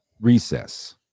recess